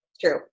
true